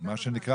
החדשים,